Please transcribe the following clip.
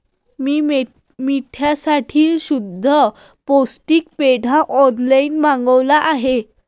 मी मेंढ्यांसाठी शुद्ध पौष्टिक पेंढा ऑनलाईन मागवला आहे